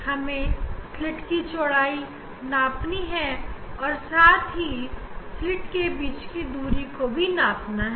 हमें स्लिट की चौड़ाई मापने है और साथ ही साथ स्लिट की दूरी भी नापनी है